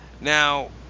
Now